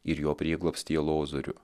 ir jo prieglobstyje lozorių